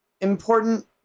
important